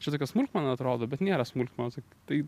čia tokia smulkmena atrodo bet nėra smulkmena tai